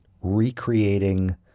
recreating